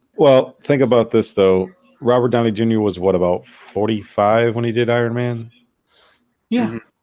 well think about this though robert downey jr. was what about forty five when he did iron man yeah,